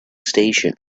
station